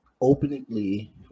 openly